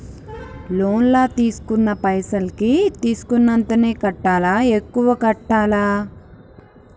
Loan లా తీస్కున్న పైసల్ కి తీస్కున్నంతనే కట్టాలా? ఎక్కువ కట్టాలా?